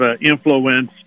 influence